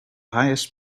highest